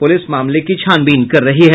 police मामले की छानबीन कर रही है